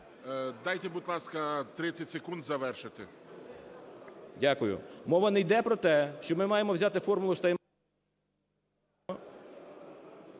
Дайте, будь ласка, 30 секунд завершити. БОДНАР В.М. Дякую. Мова не йде про те, що ми маємо взяти "формулу Штайнмайєра"…